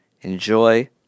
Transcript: Enjoy